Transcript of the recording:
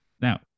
Now